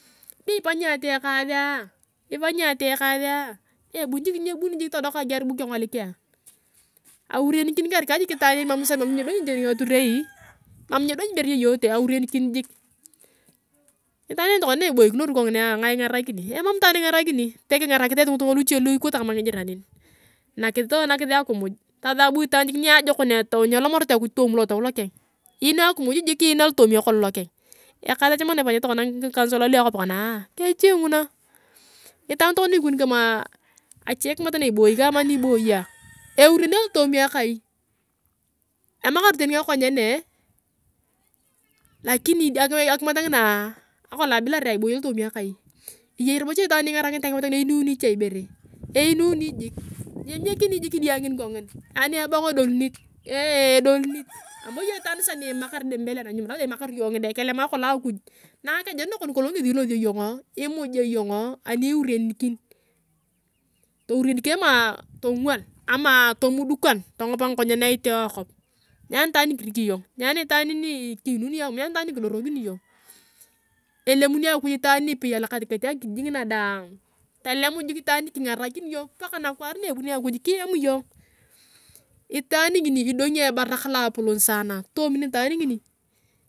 Be ifanyi ati ekasia, ifanyi ati ekaasia, be obuni jik nyebuni jik todok ajiar bu kengolik ayong. Aurenikin karika jik itaan en emam nyedonyi tani ngaturi, mam nyedonyi ibore yeyote gurekenikin jik. Itaan ingarakini pe kingarakis esi ngitunga luche li ikote koma ngijiranin. Nakis akumuj, sasa bu itan jik niajokoa tau ni elomalit akuj toona totau lokeng yun akimuj jik yun alootom kol loking. Ekaasi echamikina ifanyete ngikansule lua akop nakaa kechi nguna. Itaan tokona ni ikoni kama ache kimat na iboi kama anieboiyo ayong, eureni alootomi akai. Emakar tani ngakonyen, lakini akimat nginaa nakolong abilarea, iboyi alotooma akai, eyei robo cha itaan ni ingarakinit akimat ngina ni eunini cha ibere einuni jik nyimiekini jik idia ngini kongin. Ani ebong edolunit, lee edolunit, anibo iyong itaan sasa ni imakar mbele na nyuma, nikama imakar iyong ngide, kolema kolong akuj, na ngekejea nakoa kolong ngesi ilosio iyongoo, imujae iyongo, aniurienkin, tourienkin ama tongual ama tomudukan, tongopa ngakonyen na iteo akop. Nyani itaan ni kiriki iyong nyani itaan ni kiyunini iyong akomuj, nyani itaan ni kidorokini. Elomuni akuj itaan ipei alotomi akijij ngina daang, tolem jik itaan ni kingarakini yong paka nakwaor na ebunio akuj kowom iiyong. Itaan ngini idongi ebarak loa apolon jaan toomi nitaa ngini.